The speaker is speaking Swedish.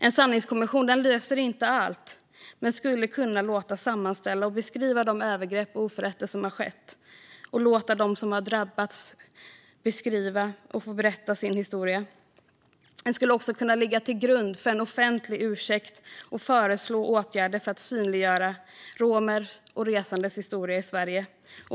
En sanningskommission löser inte allt, men skulle kunna låta sammanställa och beskriva de övergrepp och oförrätter som skett och låta dem som drabbats berätta sin historia. Den skulle också kunna ligga till grund för en offentlig ursäkt och föreslå åtgärder för att synliggöra romers och resandes historia i Sverige.